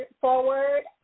forward